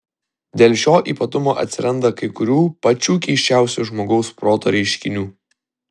dėl šio ypatumo atsiranda kai kurių pačių keisčiausių žmogaus proto reiškinių